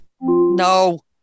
No